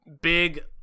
big